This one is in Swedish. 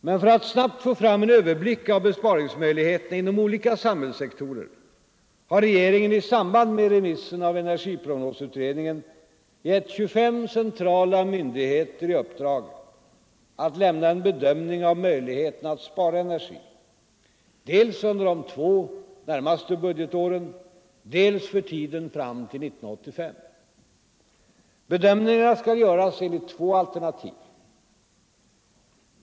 Men för att snabbt få fram en överblick av besparingsmöjligheterna inom olika samhällssektorer har regeringen i samband med remissen av energiprognosutredningen givit 25 centrala myndigheter i uppdrag att lämna en bedömning av möjligheterna att spara energi, dels under de två närmaste budgetåren, dels för tiden fram till 1985. Bedömningarna skall göras enligt två alternativ.